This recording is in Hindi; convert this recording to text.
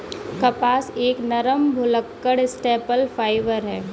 कपास एक नरम, भुलक्कड़ स्टेपल फाइबर है